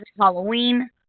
Halloween